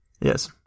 Yes